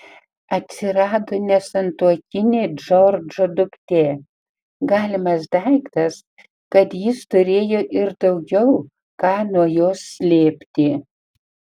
atsirado nesantuokinė džordžo duktė galimas daiktas kad jis turėjo ir daugiau ką nuo jos slėpti